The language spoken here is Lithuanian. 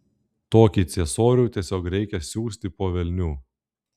tokį ciesorių tiesiog reikia siųsti po velnių